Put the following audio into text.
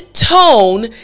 Tone